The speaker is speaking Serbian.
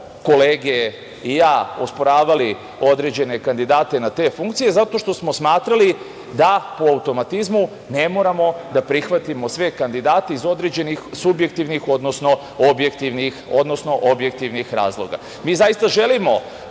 kolege i ja osporavali određene kandidate na te funkcije, zato što smo smatrali da po automatizmu ne moramo da prihvatimo sve kandidate iz određenih, subjektivnih, odnosno objektivnih razloga. Mi zaista želimo